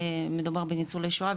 מדובר בניצולי שואה,